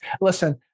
listen